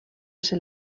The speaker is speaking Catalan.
ser